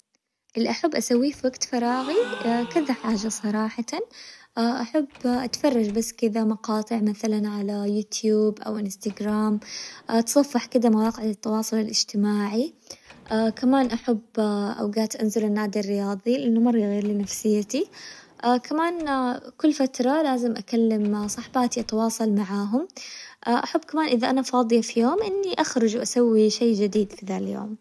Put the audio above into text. أقدم هواياتي إني كنت أحب وأنا صغيرة إنه أألف كلمات أغاني، وبدأت بممارستها عن طريق إنه كان عندي صاحبة مرة عزيزة عليا ولدها توفى وكانت مضطرة إنها تسيب المدرسة وتسافر وأنا كنت أبي أسويلها شي، تفتكرني فيه وب- وتكون ذكرى كذا طالعة من قلبي يعني اتجاهها، فبدأت إنه أألف كلمات أغنية وأهديتها لها ومن هنا بدأت الموهبة.